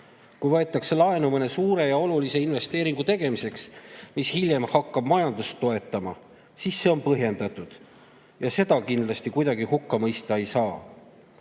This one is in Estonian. Kui võetakse laenu mõne suure ja olulise investeeringu tegemiseks, mis hiljem hakkab majandust toetama, [majanduskasvu toetama], siis see on põhjendatud ja seda kindlasti kuidagi hukka mõista ei saa.